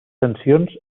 sancions